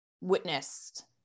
witnessed